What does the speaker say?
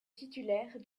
titulaire